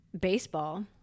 baseball